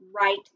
right